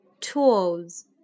tools